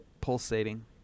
pulsating